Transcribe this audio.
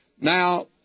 Now